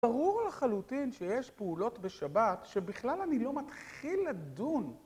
ברור לחלוטין שיש פעולות בשבת שבכלל אני לא מתחיל לדון.